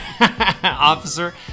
officer